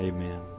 Amen